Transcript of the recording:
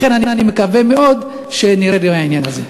לכן אני מקווה מאוד שנרד מהעניין הזה.